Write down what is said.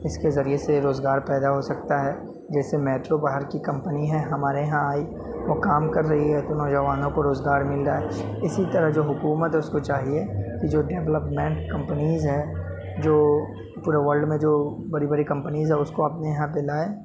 اس کے ذریعے سے روزگار پیدا ہو سکتا ہے جیسے میٹرو باہر کی کمپنی ہے ہمارے یہاں آئی وہ کام کر رہی ہے تو نوجوانوں کو روزگار مل رہا ہے اسی طرح جو حکومت ہے اس کو چاہیے کہ جو ڈیولپمنٹ کمپنیز ہیں جو پورے ولڈ میں جو بڑی بڑی کمپنیز ہے اس کو اپنے یہاں پہ لائیں